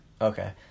Okay